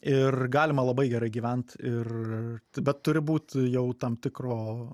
ir galima labai gera gyvent ir bet turi būt jau tam tikro